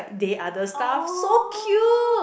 they are the staff so cute